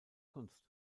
kunst